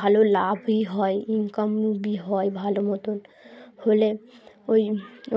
ভালো লাভই হয় ইনকামও হয় ভালো মতন হলে ওই